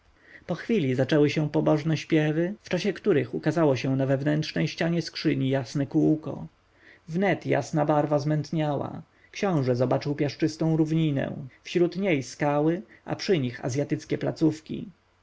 po chwili zaczęły się pobożne śpiewy w czasie których ukazało się na wewnętrznej ścianie skrzyni jasne kółko wnet jasna barwa zmętniała książę zobaczył piaszczystą równinę wśród niej skały a przy nich azjatyckie placówki kapłani